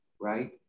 right